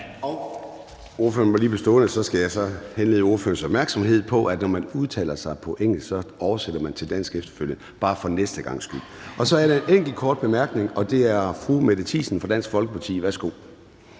Ordføreren må lige blive stående. Jeg skal henlede ordførerens opmærksomhed på, at når man udtaler sig på engelsk, oversætter man til dansk efterfølgende – det er bare i forhold til næste gang. Så er der en enkelt kort bemærkning, og den er fra fru Mette Thiesen fra Dansk Folkeparti. Værsgo.